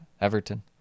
Everton